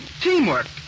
teamwork